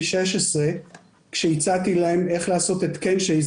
16 כשהצעתי להם איך לעשות את קיי-צ'יי,